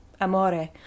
Amore